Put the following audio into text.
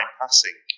passing